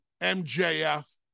MJF